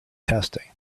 testing